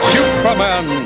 Superman